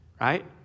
right